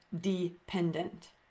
dependent